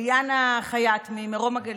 אליענה חייט ממרום הגליל,